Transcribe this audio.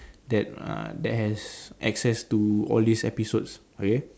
that uh that has access to all these episodes okay